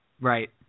Right